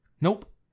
Nope